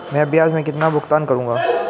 मैं ब्याज में कितना भुगतान करूंगा?